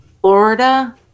Florida